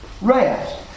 rest